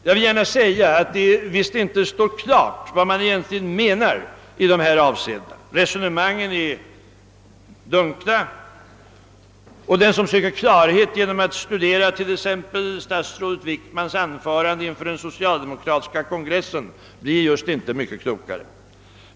Jag vill gärna säga att det visst inte står klart vad man egentligen menar i dessa avseenden — resonemangen är dunkla — och den som söker klarhet genom att studera t.ex. statsrådet Wickmans anförande inför den socialdemokratiska kongressen blir just inte mycket klokare.